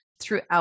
throughout